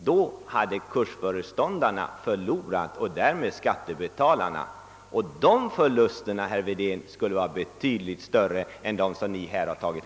Då hade kursföreståndarna och därmed skattebetalarna gjort förluster, och dessa, herr Wedén, skulle ha varit betydligt större än dem som Ni här har nämnt.